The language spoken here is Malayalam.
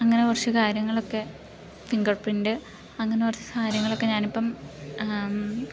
അങ്ങനെ കുറച്ചുകാര്യങ്ങളൊക്കെ ഫിംഗർ പ്രിൻറ്റ് അങ്ങനെ കുറച്ച് കാര്യങ്ങളൊക്കെ ഞാൻ ഇപ്പം